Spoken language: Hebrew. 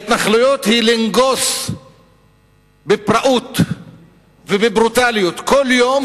וההתנחלויות זה לנגוס בפראות ובברוטליות כל יום